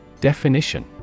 Definition